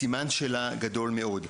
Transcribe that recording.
בסימן שאלה גדול מאוד.